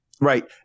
Right